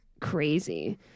crazy